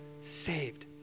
saved